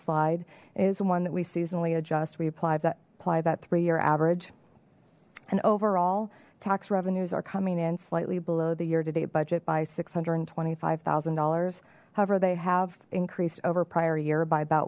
slide is one that we seasonally adjusted that apply that three year average and overall tax revenues are coming in slightly below the year to date budget by six hundred and twenty five thousand dollars however they have increased over prior year by about